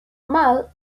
mall